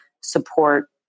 support